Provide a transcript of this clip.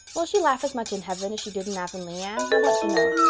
will she laugh as much in heaven as she did in avonlea, anne? i want to know.